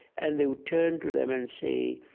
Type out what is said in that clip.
and they would turn to them and say,